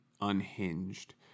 unhinged